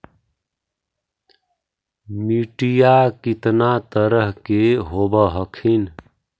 मिट्टीया कितना तरह के होब हखिन?